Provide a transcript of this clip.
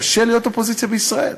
קשה להיות אופוזיציה בישראל,